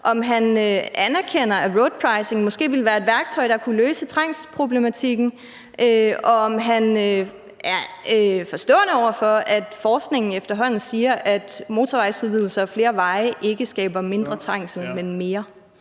om han anerkender, at roadpricing måske ville være et værktøj, der kunne løse trængselsproblematikken, og om han er forstående over for, at forskningen efterhånden siger, at motorvejsudvidelser og flere veje ikke skaber mindre trængsel, men mere.